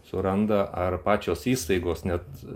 suranda ar pačios įstaigos net